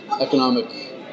economic